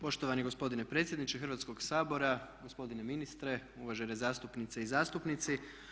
Poštovani gospodine predsjedniče Hrvatskoga sabora, gospodine ministre, uvažene zastupnice i zastupnici.